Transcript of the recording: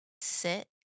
sit